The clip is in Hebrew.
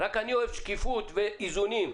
רק אני אוהב שקיפות ואיזונים.